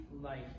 life